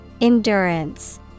Endurance